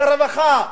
לרווחה,